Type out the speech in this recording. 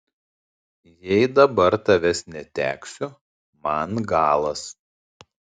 jei dabar tavęs neteksiu man galas